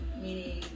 Meaning